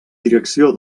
direcció